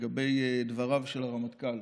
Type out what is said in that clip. לגבי דבריו של הרמטכ"ל.